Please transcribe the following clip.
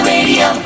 Radio